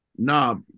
No